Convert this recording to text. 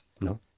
No